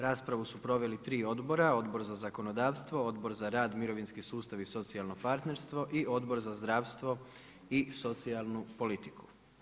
Raspravu su proveli tri odbora, Odbor za zakonodavstvo, Odbor za rad, mirovinski sustav i socijalno partnerstvo i Odbor za zdravstvo i socijalnu politiku.